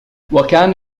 وكان